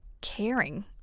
caring